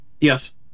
Yes